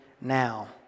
now